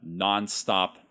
nonstop